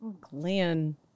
Glenn